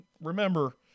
remember